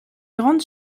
grande